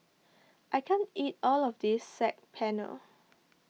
I can't eat all of this Saag Paneer